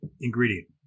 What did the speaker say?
ingredient